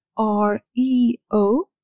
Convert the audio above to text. R-E-O